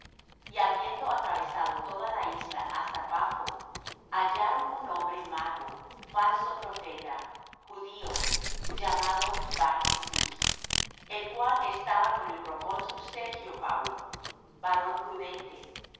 y habiendo atravesado toda la isla hasta papho hallaron un hombre mago falso profeta judío llamado bar jesús el cual estaba con el procónsul sergio paulo varón prudente